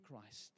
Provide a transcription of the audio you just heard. Christ